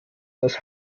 das